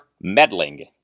meddling